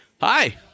Hi